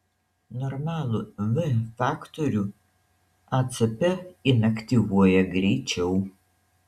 normalų v faktorių acp inaktyvuoja greičiau